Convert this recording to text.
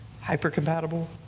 hyper-compatible